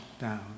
down